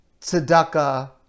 tzedakah